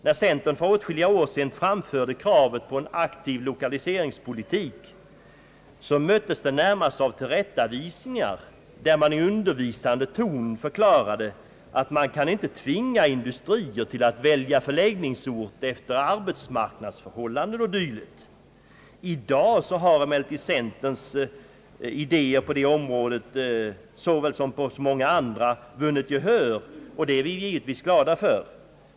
När centern för åtskilliga år sedan framförde kravet om en aktiv lokaliseringspolitik, möttes vi närmast av tillrättavisningar, där man i en undervisande ton förklarade att man inte kunde tvinga industrier att välja förläggningsort efter arbetsmarknadsförhållanden och dylikt. I dag har emellertid centerns idéer på detta område såväl som på många andra vunnit gehör, och det är vi givetvis glada för.